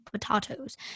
potatoes